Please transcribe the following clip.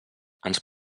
ens